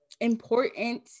important